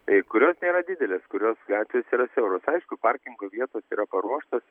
kai kurios nėra didelės kurios gatvės yra siauros aišku parkingo vietos yra paruoštos